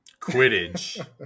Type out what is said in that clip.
Quidditch